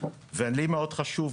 שוב,